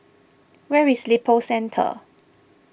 where is Lippo Centre